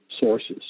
sources